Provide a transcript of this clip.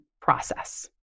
process